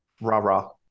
rah-rah